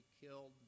killed